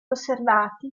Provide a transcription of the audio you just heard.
osservati